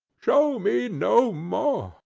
show me no more!